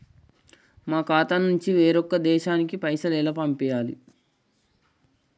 మా ఖాతా నుంచి వేరొక దేశానికి పైసలు ఎలా పంపియ్యాలి?